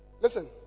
Listen